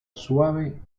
suave